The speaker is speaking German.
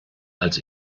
als